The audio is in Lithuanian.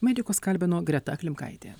medikus kalbino greta klimkaitė